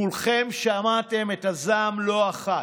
כולכם שמעתם את הזעם לא אחת.